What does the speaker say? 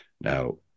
Now